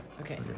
Okay